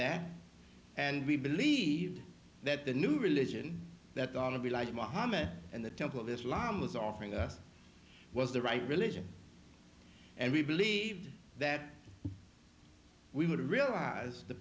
that and we believe that the new religion that ought to be like mohammad and the temple this one was offering was the right religion and we believe that we would realize the